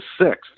sixth